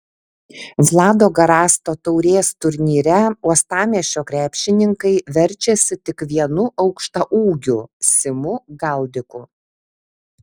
vlado garasto taurės turnyre uostamiesčio krepšininkai verčiasi tik vienu aukštaūgiu simu galdiku